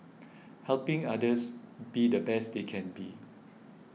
helping others be the best they can be